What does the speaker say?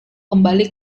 kembali